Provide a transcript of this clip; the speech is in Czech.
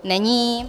Není.